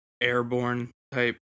airborne-type